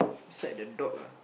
beside the dog ah